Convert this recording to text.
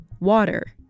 water